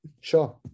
sure